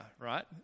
right